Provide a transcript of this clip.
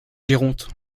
géronte